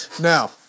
Now